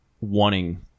wanting